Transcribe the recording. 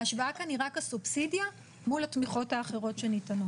ההשוואה כאן היא רק הסובסידיה מול התמיכות האחרות שניתנות.